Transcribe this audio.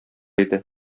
иде